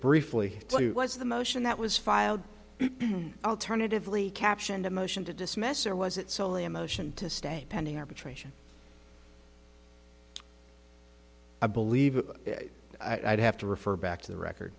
briefly was the motion that was filed alternatively captioned a motion to dismiss or was it solely a motion to stay pending arbitration i believe i'd have to refer back to the record